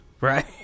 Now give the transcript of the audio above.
Right